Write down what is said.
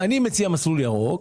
אני מציע מסלול ירוק.